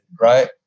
Right